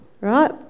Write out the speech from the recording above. right